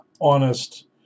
honest